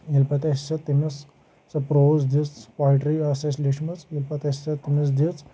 ییٚلہِ پتہٕ اَسہِ سُہ تٔمِس سۄ پروز دِژ سۄ پویٹری ٲس اسہِ لیٚچھمٕژ ییٚلہِ پَتہٕ اَسہِ سۄ تٔمِس دِژ